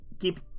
keep